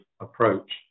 approach